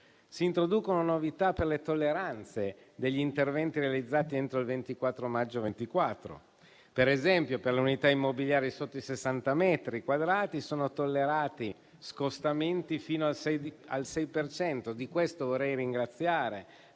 Si introducono novità per le tolleranze degli interventi realizzati entro il 24 maggio 2024, per esempio per le unità immobiliari sotto i 60 metri quadrati sono tollerati scostamenti fino al 6 per cento e di questo vorrei ringraziare